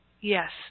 yes